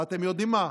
ואתם יודעים מה?